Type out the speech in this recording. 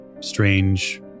Strange